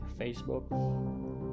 Facebook